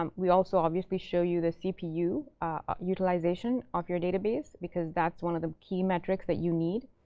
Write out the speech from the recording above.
um we also obviously show you the cpu utilization of your database because that's one of the key metrics that you need